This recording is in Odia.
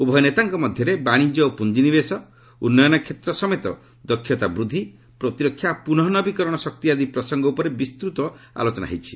ଉଭୟ ନେତାଙ୍କ ମଧ୍ୟରେ ବାଣିଜ୍ୟ ଓ ପୁଞ୍ଜିନିବେଶ ଉନ୍ନୟନ କ୍ଷେତ୍ର ସମେତ ଦକ୍ଷତା ବୃଦ୍ଧି ପ୍ରତିରକ୍ଷା ଓ ପ୍ରତଃ ନବୀକରଣ ଶକ୍ତି ଆଦି ପ୍ରସଙ୍ଗ ଉପରେ ବିସ୍ତତ ଆଲୋଚନା ହୋଇଛି